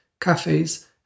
cafes